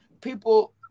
people